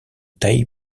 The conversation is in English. tai